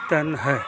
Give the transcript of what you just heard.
ਤਿੰਨ ਹੈ